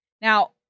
Now